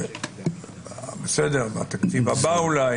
אולי בתקציב הבא,